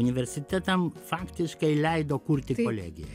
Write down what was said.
universitetam faktiškai leido kurti kolegiją